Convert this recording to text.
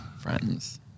friends